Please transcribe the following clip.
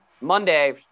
Monday